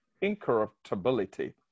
incorruptibility